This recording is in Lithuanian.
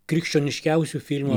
krikščioniškiausių filmo